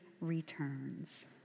returns